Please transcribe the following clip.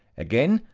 again,